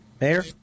Mayor